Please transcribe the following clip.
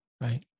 right